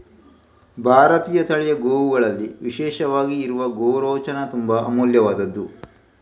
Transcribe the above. ಭಾರತೀಯ ತಳಿಯ ಗೋವುಗಳಲ್ಲಿ ವಿಶೇಷವಾಗಿ ಇರುವ ಗೋರೋಚನ ತುಂಬಾ ಅಮೂಲ್ಯವಾದ್ದು